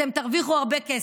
אתם תרוויחו הרבה כסף,